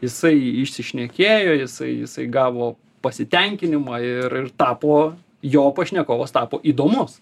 jisai išsišnekėjo jisai jisai gavo pasitenkinimą ir tapo jo pašnekovas tapo įdomus